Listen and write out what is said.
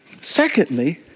Secondly